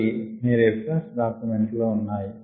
అవి మీ reference document లో ఉన్నాయి